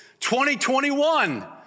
2021